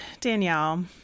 Danielle